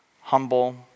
humble